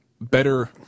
better